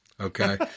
Okay